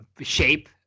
shape